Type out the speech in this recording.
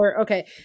Okay